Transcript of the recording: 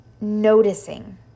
noticing